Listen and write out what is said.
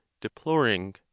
deploring